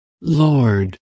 Lord